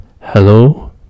hello